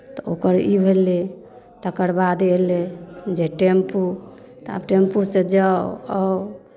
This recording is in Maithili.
तऽ ओकर ई भेलै तकर बाद एलै जे टेम्पू तऽ आब टेम्पूसँ जाउ आउ